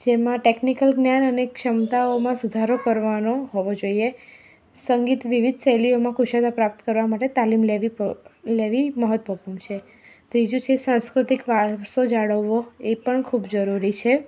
જેમાં ટેકનિકલ જ્ઞાન અને ક્ષમતાઓમાં સુધારો કરવાનો હોવી જોઈએ સંગીત વિવિધ શૈલીઓમાં કુશળતા પ્રાપ્ત કરવા માટે તાલીમ લેવી લેવી મહત્ત્વપૂર્ણ છે ત્રીજું છે સાંસ્કૃતિક વારસો જાળવવો એ પણ ખૂબ જરૂરી છે